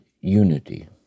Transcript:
unity